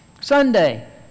Sunday